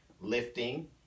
lifting